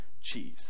Cheese